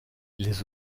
les